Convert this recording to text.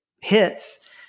hits